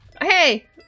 Hey